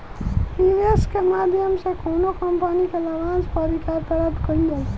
निवेस के माध्यम से कौनो कंपनी के लाभांस पर अधिकार प्राप्त कईल जाला